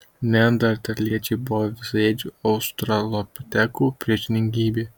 neandertaliečiai buvo visaėdžių australopitekų priešingybė